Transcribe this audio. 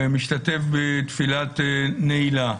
משתתף בתפילת נעילה,